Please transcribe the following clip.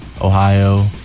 Ohio